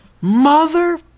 Mother